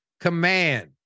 Command